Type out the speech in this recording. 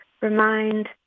Remind